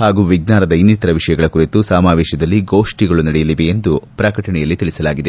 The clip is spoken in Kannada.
ಹಾಗೂ ವಿಜ್ಞಾನದ ಇನ್ನಿತರ ವಿಷಯಗಳ ಕುರಿತು ಸಮಾವೇಶದಲ್ಲಿ ಗೋಷ್ಟಗಳು ನಡೆಯಲಿವೆ ಎಂದು ಪ್ರಕಟಣೆಯಲ್ಲಿ ತಿಳಿಸಲಾಗಿದೆ